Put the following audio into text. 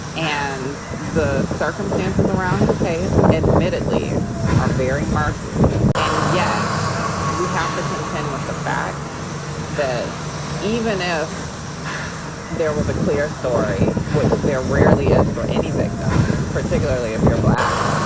and the circumstances around his case admittedly are very murky. and yet we have to contend with the fact that even if there was a clear story, which there rarely is for any victim, particularly if you're black,